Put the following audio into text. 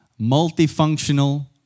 multifunctional